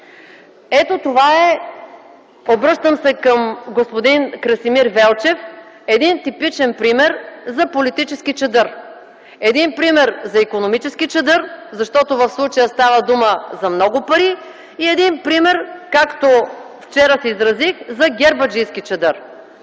поправка. Обръщам се към господин Красимир Велчев – ето това е един типичен пример за политически чадър, пример за икономически чадър, защото в случая става дума за много пари, и пример, както вчера се изразих, за гербаджийски чадър.